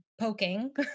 poking